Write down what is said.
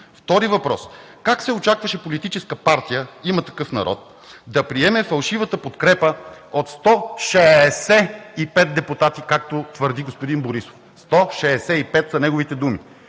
Вторият въпрос е: как се очакваше Политическа партия „Има такъв народ“ да приеме фалшивата подкрепа от 165 депутати, както твърди господин Борисов – 165 са неговите думи?!